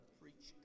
preach